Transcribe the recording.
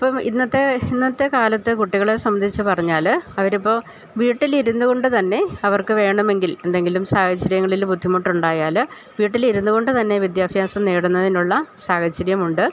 ഇപ്പോള് ഇന്നത്തെ ഇന്നത്തെ കാലത്ത് കുട്ടികളെ സംബന്ധിച്ചുപറഞ്ഞാല് അവരിപ്പോള് വീട്ടിലിരുന്നുകൊണ്ടുതന്നെ അവർക്കു വേണമെങ്കിൽ എന്തെങ്കിലും സാഹചര്യങ്ങളില് ബുദ്ധിമുട്ടുണ്ടായാല് വീട്ടിലിരുന്നു കൊണ്ടു തന്നെ വിദ്യാഭ്യാസം നേടുന്നതിനുള്ള സാഹചര്യമുണ്ട്